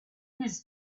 his